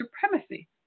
supremacy